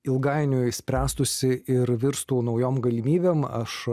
ilgainiui spręstųsi ir virstų naujom galimybėm aš